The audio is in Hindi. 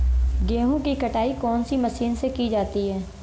गेहूँ की कटाई कौनसी मशीन से की जाती है?